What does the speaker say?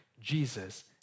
Jesus